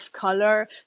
color